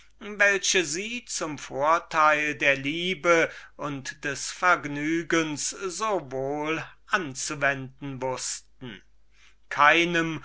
welche sie zum vorteil der liebe und des vergnügens so wohl anzuwenden wußten keiner